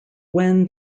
when